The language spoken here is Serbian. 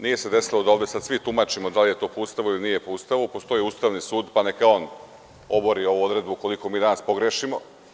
Nije se desilo da ovde sada svi tumačimo da li je to po Ustavu ili nije po Ustavu, jer postoji Ustavni sud, pa neka on obori ovu odredbu, ukoliko mi danas pogrešimo.